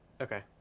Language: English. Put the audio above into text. Okay